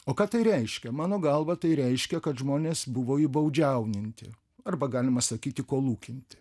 o ką tai reiškia mano galva tai reiškia kad žmonės buvo įbaudžiauninti arba galima sakyt įkolūkinti